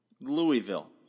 Louisville